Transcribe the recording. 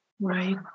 Right